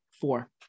four